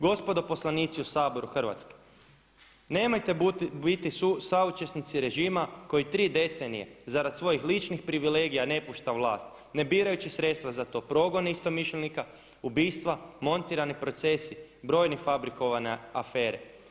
Gospodo poslanici u Saboru Hrvatske nemojte biti saučesnici režima koji tri decenije za rad svojih ličnih privilegija ne pušta vlast ne birajući sredstva za to, progone istomišljenika, ubistva, montirani procesi, brojne fabrikovane afere.